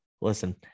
listen